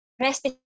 rest